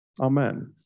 amen